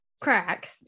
crack